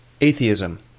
Atheism